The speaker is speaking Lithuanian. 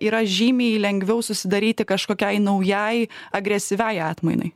yra žymiai lengviau susidaryti kažkokiai naujai agresyviai atmainai